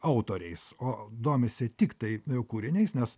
autoriais o domisi tiktai kūriniais nes